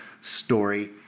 story